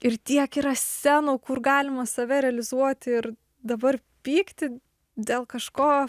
ir tiek yra scenų kur galima save realizuoti ir dabar pykti dėl kažko